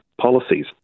policies